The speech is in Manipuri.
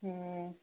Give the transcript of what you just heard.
ꯑꯣ